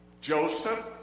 Joseph